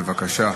בבקשה.